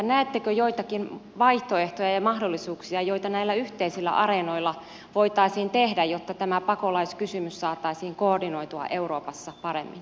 näettekö joitakin vaihtoehtoja ja mahdollisuuksia joita näillä yhteisillä areenoilla voitaisiin tehdä jotta tämä pakolaiskysymys saataisiin koordinoitua euroopassa paremmin